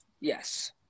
yes